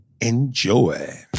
Enjoy